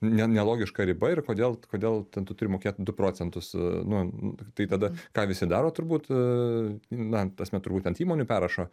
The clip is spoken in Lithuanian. ne ne logiška riba ir kodėl kodėl ten tu turi mokėt du procentus nu tai tada ką visi daro turbūt a na ta prasme turbūt ant įmonių perrašo